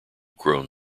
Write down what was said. grown